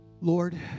Lord